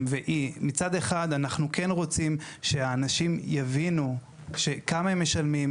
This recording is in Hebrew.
ומצד אחד אנחנו כן רוצים שהאנשים יבינו כמה הם משלמים,